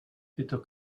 tyto